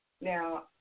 Now